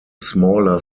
smaller